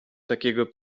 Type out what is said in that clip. takiego